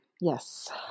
Yes